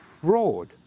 fraud